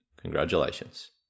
Congratulations